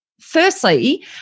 Firstly